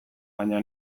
baina